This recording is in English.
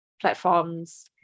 platforms